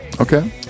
Okay